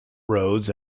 roads